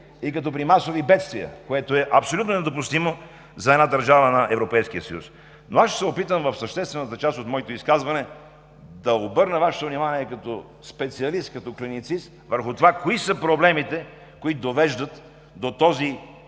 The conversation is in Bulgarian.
и като при масови бедствия, което е абсолютно недопустимо за една държава на Европейския съюз. Ще се опитам, в съществената част на моето изказване, да обърна Вашето внимание като специалист, като клиницист върху това кои са проблемите, които довеждат до този